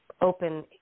open